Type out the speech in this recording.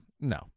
no